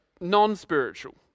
non-spiritual